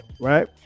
Right